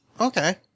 Okay